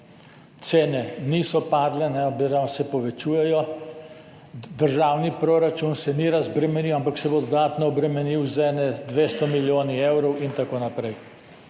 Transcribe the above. cene niso padle oziroma se povečujejo, državni proračun se ni razbremenil, ampak se bo dodatno obremenil z 200 milijoni evrov in tako naprej.